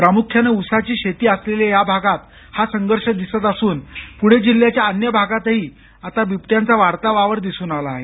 प्रामृख्यानं उसाची शेती असलेल्या भागात हा संघर्ष दिसत असून पृणे जिल्ह्याच्या अन्य भागातही आता बिबट्यांचा वाढता वावर दिसून आला आहे